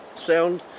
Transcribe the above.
sound